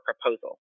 proposal